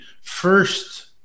first